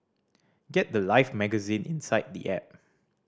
get the life magazine inside the app